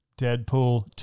Deadpool